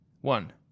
One